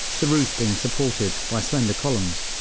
the roof being supported by slender columns.